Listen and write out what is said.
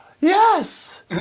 yes